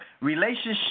Relationship